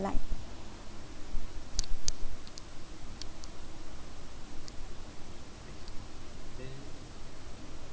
light